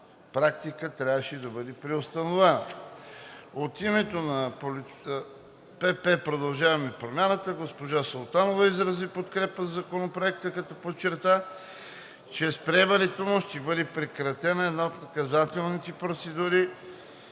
практика трябваше да бъде преустановена. От името на Политическа партия „Продължаваме Промяната“ госпожа Султанова изрази подкрепа за Законопроекта, като подчерта, че чрез приемането му ще бъде прекратена една от наказателните процедури